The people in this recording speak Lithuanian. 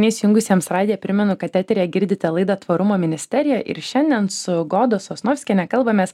įsijungusiems radiją primenu kad eteryje girdite laidą tvarumo ministerija ir šiandien su goda sosnovskiene kalbamės